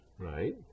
right